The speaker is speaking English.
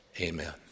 amen